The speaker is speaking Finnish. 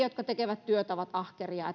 jotka tekevät työtä ovat ahkeria